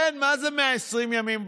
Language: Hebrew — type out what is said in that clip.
כן, מה זה 120 ימים,